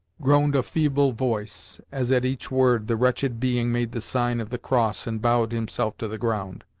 groaned a feeble voice as at each word the wretched being made the sign of the cross and bowed himself to the ground.